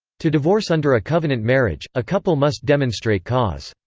to divorce under a covenant marriage, a couple must demonstrate cause.